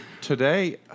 today